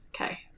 okay